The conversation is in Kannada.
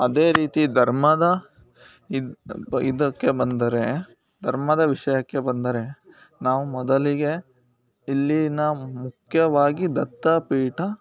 ಅದೇ ರೀತಿ ಧರ್ಮದ ಇದು ಇದಕ್ಕೆ ಬಂದರೆ ಧರ್ಮದ ವಿಷಯಕ್ಕೆ ಬಂದರೆ ನಾವು ಮೊದಲಿಗೆ ಇಲ್ಲಿನ ಮುಖ್ಯವಾಗಿ ದತ್ತಪೀಠ